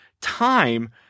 time